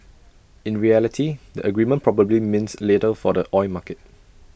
in reality the agreement probably means little for the oil market